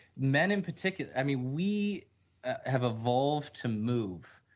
men in particular i mean, we have evolved to move,